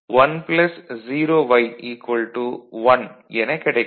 y 1 எனக் கிடைக்கும்